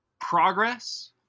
Progress